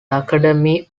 academy